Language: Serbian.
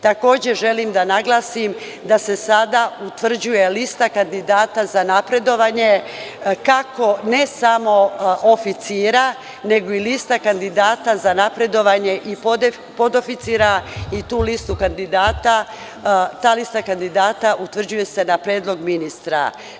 Takođe, želim da naglasim da se sada utvrđuje lista kandidata za napredovanje ne samo oficira, nego i lista kandidata za napredovanje i podoficira i ta lista kandidata utvrđuje se na predlog ministra.